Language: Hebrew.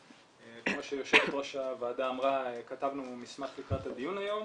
כמו שיושבת ראש הוועדה אמרה כתבנו מסמך לקראת הדיון היום,